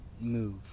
move